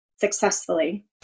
successfully